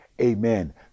Amen